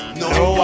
no